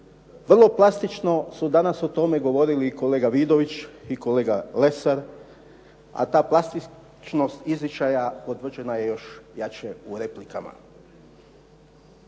Vrlo plastično su danas o tome govorili i kolega Vidović i kolega Lesar, a ta plastičnost izričaja potvrđena je još jače u replikama.